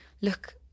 look